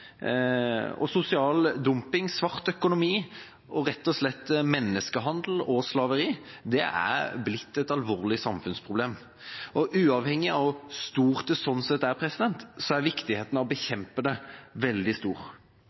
Sosial dumping, svart økonomi og rett og slett menneskehandel og slaveri er blitt et alvorlig samfunnsproblem, og uavhengig av hvor stort det er, er viktigheten av å bekjempe det veldig stor.